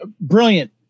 Brilliant